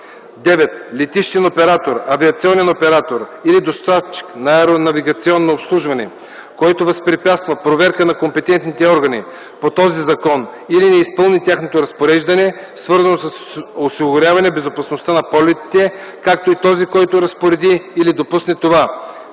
9. летищен оператор, авиационен оператор или доставчик на аеронавигационно обслужване, който възпрепятства проверка на компетентните органи по този закон или не изпълни тяхно разпореждане, свързано с осигуряване безопасността на полетите, както и този, който разпореди или допусне това;